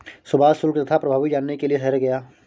सुभाष शुल्क तथा प्रभावी जानने के लिए शहर गया